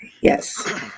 yes